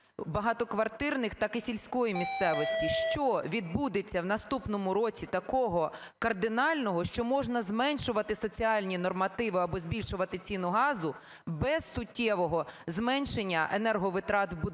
багатоквартирних, так і сільської місцевості? Що відбудеться в наступному році такого кардинального, що можна зменшувати соціальні нормативи або збільшувати ціну газу без суттєвого зменшення енерговитрат в будинках?